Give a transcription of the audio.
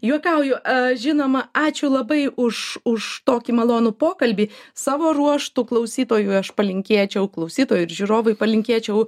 juokauju a žinoma ačiū labai už už tokį malonų pokalbį savo ruožtu klausytojui aš palinkėčiau klausytojui ir žiūrovui palinkėčiau